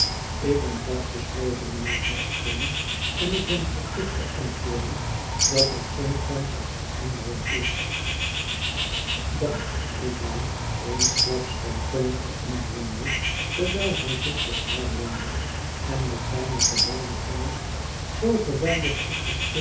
ik ben vast besloten niijnheer headstone en ik ben verplicht te antwoorden dat er geen kans op verandering is dan riep hij eensklaps van toon veranderende terwijl hij zich tot haar wendde en met zijne gebalde vuist zoo geweldig op den